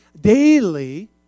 daily